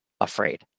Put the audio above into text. afraid